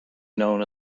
known